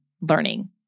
learning